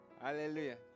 Hallelujah